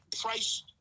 Price